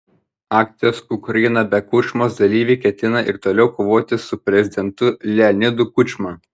akcijos ukraina be kučmos dalyviai ketina ir toliau kovoti su prezidentu leonidu kučma